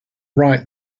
right